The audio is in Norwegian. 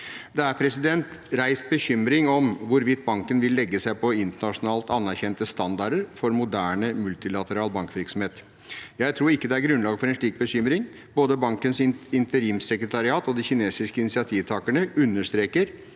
Det er reist bekymring om hvorvidt banken vil legge seg på internasjonalt anerkjente standarder for moderne multilateral bankvirksomhet. Jeg tror ikke det er grunnlag for en slik bekymring. Både bankens interimssekretariat og de kinesiske initiativtakerne understreker